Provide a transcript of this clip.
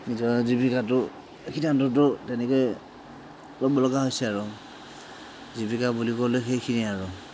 নিজৰ জীৱিকাটো সিদ্ধান্তটো তেনেকেই কৰিবলগা হৈছে আৰু জীৱিকা বুলিবলে সেইখিনিয়ে আৰু